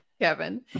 kevin